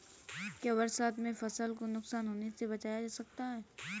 क्या बरसात में फसल को नुकसान होने से बचाया जा सकता है?